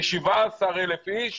כ-17,000 אנשים